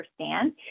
understand